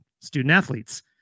student-athletes